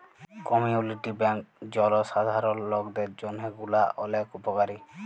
community bank জলসাধারল লকদের জন্হে গুলা ওলেক উপকারী